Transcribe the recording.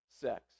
sex